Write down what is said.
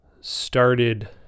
started